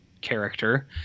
character